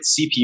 CPU